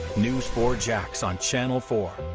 news four jax on channel four.